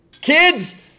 kids